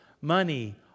money